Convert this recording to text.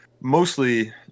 mostly